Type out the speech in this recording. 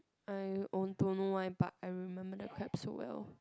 I own don't know why but I remember the crab so well